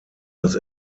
das